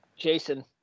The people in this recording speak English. Jason